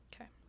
okay